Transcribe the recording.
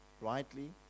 rightly